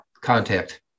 Contact